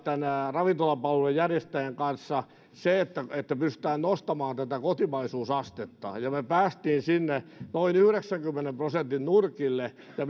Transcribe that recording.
ravintolapalvelujen järjestäjien kanssa se että että pystytään nostamaan tätä kotimaisuusastetta ja me me pääsimme sinne noin yhdeksänkymmenen prosentin nurkille ja